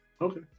Okay